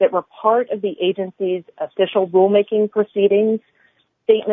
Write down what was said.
that were part of the agency's official rule making proceedings statements